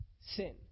sin